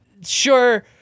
sure